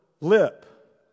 lip